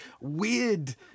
weird